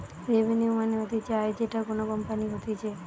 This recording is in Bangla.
রেভিনিউ মানে হতিছে আয় যেটা কোনো কোম্পানি করতিছে